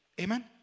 Amen